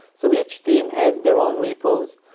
so each team has their own repos,